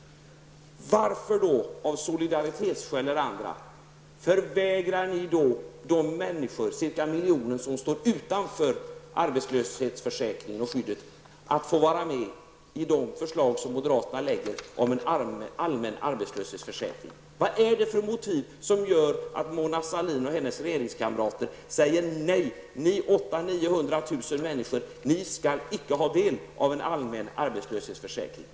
Varför, av solidaritetsskäl eller andra skäl, förvägrar ni de ca 1 miljon människor som står utanför arbetslöshetsförsäkringen att få vara med i de förslag som moderaterna har lagt om en allmän arbetslöshetsförsäkring? Vad är det för motiv som gör att Mona Sahlin och hennes regeringskamrater säger nej till 800 000--900 000 människor? De skall icke få ta del av en allmän arbetslöshetsförsäkring.